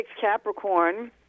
Capricorn